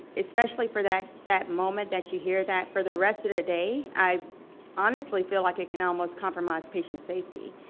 especially for that that moment that you hear that for the rest of your day, i honestly feel like i can almost compromise patient safety,